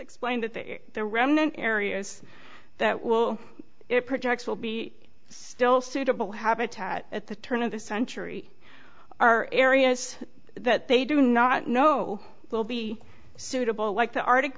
explained that they are remnant areas that will it projects will be still suitable habitat at the turn of the century are areas that they do not know will be suitable like the arctic